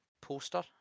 poster